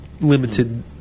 limited